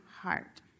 heart